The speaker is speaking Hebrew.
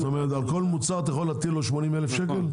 --- על כל מוצר אתה יכול להטיל עליו 80,000 ש"ח?